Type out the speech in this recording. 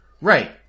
Right